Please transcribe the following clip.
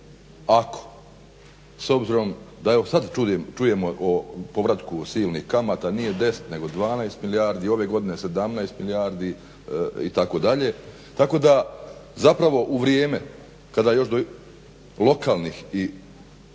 Ako, s obzirom da evo sad čujemo o povratku silnih kamata, nije 10 nego 12 milijardi, ove godine 17 milijardi itd. Tako da zapravo u vrijeme kada još do lokalnih i